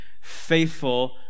faithful